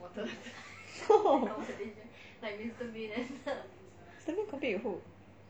mister bean compete with who